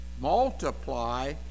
multiply